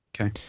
Okay